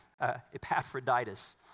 Epaphroditus